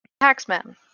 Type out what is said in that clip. Taxman